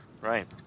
right